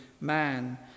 man